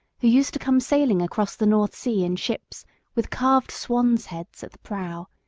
who used to come sailing across the north sea in ships with carved swans' heads at the prow,